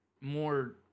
more